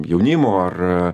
jaunimo ar